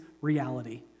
reality